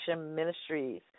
Ministries